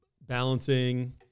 balancing